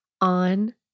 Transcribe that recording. on